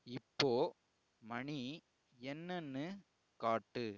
இப்போது மணி என்னன்னு காட்டு